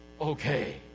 okay